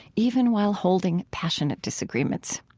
even while holding passionate disagreements.